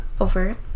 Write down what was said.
over